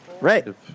right